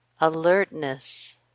Alertness